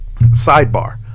sidebar